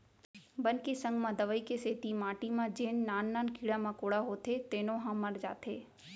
बन के संग म दवई के सेती माटी म जेन नान नान कीरा मकोड़ा होथे तेनो ह मर जाथें